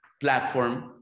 platform